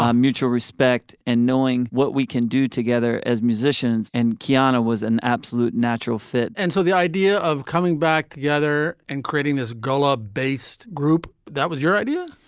um mutual respect and knowing what we can do together as musicians. and kianna was an absolute natural fit and so the idea of coming back together and creating this gulla based group, that was your idea?